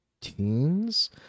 teens